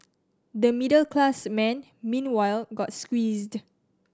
the middle class man meanwhile got squeezed